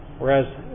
whereas